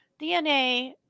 DNA